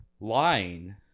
lying